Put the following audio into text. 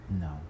no